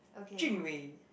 Jun Wei